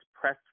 press